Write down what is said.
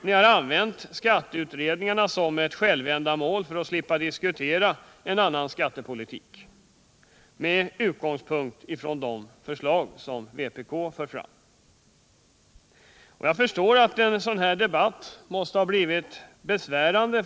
De har använt skatteutredningarna som ett självändamål för att slippa diskutera en annan skattepolitik med utgångspunkt i de förslag som vpk för fram. Jag förstår att en sådan debatt skulle ha blivit besvärande.